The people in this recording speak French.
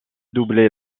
doubler